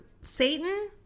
Satan